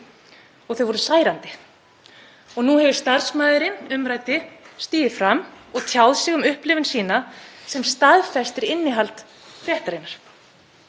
og þau voru særandi. Nú hefur starfsmaðurinn umræddi stigið fram og tjáð sig um upplifun sína sem staðfestir innihald fréttarinnar.